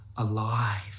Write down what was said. Alive